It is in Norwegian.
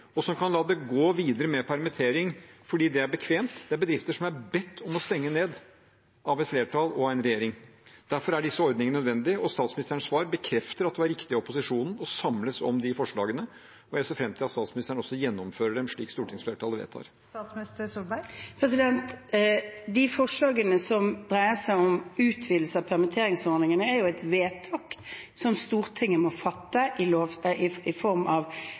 og som kan la det gå videre med permittering fordi det er bekvemt. Det er bedrifter som er bedt om å stenge ned av et flertall og en regjering. Derfor er disse ordningene nødvendige, og statsministerens svar bekrefter at det var riktig av opposisjonen å samles om de forslagene. Jeg ser fram til at statsministeren også gjennomfører dem slik stortingsflertallet vedtar. Når det gjelder forslagene som dreier seg om utvidelse av permitteringsordningene, er jo det vedtak som Stortinget må fatte i form av en endring i